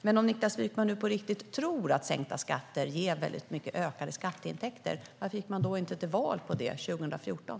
Men om Niklas Wykman på riktigt tror att sänkta skatter ger väldigt mycket ökade skatteintäkter undrar jag: Varför gick man inte till val på det 2014?